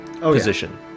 position